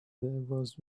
was